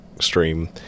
stream